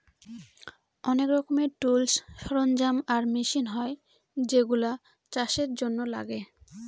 অনেক রকমের টুলস, সরঞ্জাম আর মেশিন হয় যেগুলা চাষের জন্য লাগে